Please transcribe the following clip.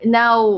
now